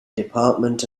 department